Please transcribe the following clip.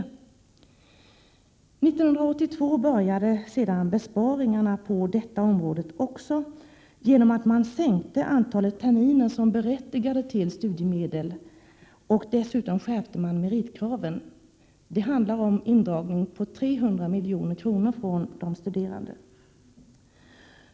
1982 började sedan besparingarna även på detta område, genom att man sänkte antalet terminer som berättigade till studiemedel. Dessutom skärptes meritkraven. Det handlade om en indragning på 300 milj.kr. från de studerande.